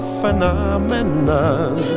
phenomenon